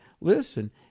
listen